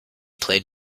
played